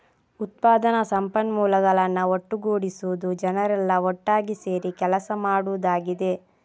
ಉತ್ಪಾದನಾ ಸಂಪನ್ಮೂಲಗಳನ್ನ ಒಟ್ಟುಗೂಡಿಸುದು ಜನರೆಲ್ಲಾ ಒಟ್ಟಾಗಿ ಸೇರಿ ಕೆಲಸ ಮಾಡುದಾಗಿದೆ